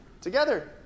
together